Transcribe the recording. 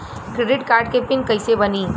Credit card के pin कैसे बनी?